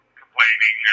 complaining